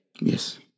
Yes